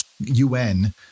UN